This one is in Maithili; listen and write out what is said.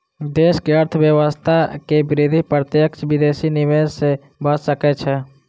देश के अर्थव्यवस्था के वृद्धि प्रत्यक्ष विदेशी निवेश सॅ भ सकै छै